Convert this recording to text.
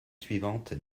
suivantes